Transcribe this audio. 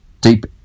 deep